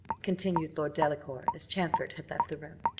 continued lord delacour, as champfort had left the room,